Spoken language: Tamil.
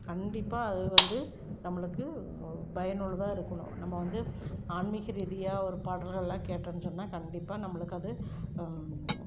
கண்டிப்பாக அது வந்து நம்முளுக்கு ஓ பயனுள்ளதாக இருக்கணும் நம்ம வந்து ஆண்மீக ரீதியாக வர்ற பாடல்கள்லாம் கேட்டோம்னு சொன்னால் கண்டிப்பாக நம்மளுக்கு அது